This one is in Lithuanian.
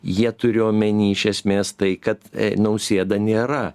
jie turi omeny iš esmės tai kad nausėda nėra